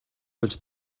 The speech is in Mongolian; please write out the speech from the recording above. болж